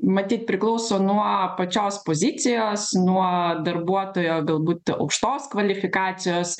matyt priklauso nuo pačios pozicijos nuo darbuotojo galbūt aukštos kvalifikacijos